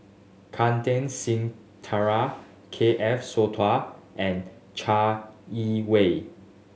Kantar Singh Thakral K F Sowtoh and Chai Yee Wei